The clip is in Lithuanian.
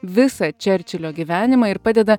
visą čerčilio gyvenimą ir padeda